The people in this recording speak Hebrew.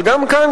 אבל גם כאן,